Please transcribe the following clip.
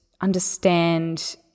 understand